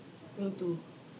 will do